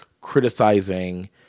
criticizing